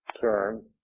turn